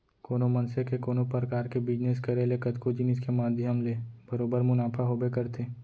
कोनो मनसे के कोनो परकार के बिजनेस करे ले कतको जिनिस के माध्यम ले बरोबर मुनाफा होबे करथे